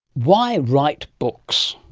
why write books?